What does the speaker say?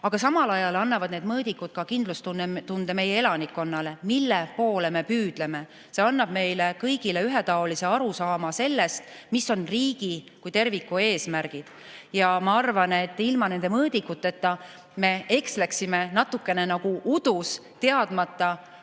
Aga samal ajal annavad need mõõdikud meie elanikkonnale kindlustunde ja teadmise, mille poole me püüdleme. See annab meile kõigile ühetaolise arusaama sellest, mis on riigi kui terviku eesmärgid. Ma arvan, et ilma nende mõõdikuteta me eksleksime natukene nagu udus, teadmata,